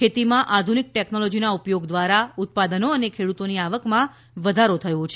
ખેતીમાં આધુનિક ટેકનોલોજીના ઉપયોગ દ્વારા ઉત્પાદનો અને ખેડૂતોની આવકમાં વધારો થયો છે